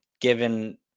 given